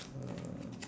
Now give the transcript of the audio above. uh